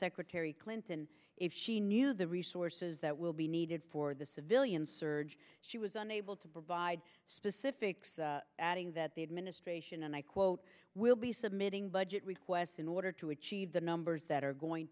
secretary clinton if she knew the resources that will be needed for the civilian surge she was unable to provide specifics adding that the administration and i quote will be submitting budget requests in order to achieve the numbers that are going